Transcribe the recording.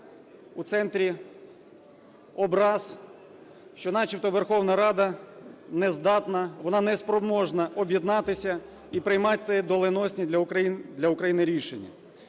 у центрі образ, що начебто Верховна Рада не здатна, вона неспроможна об'єднатися і приймати доленосні для України рішення.